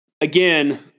again